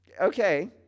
Okay